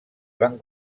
van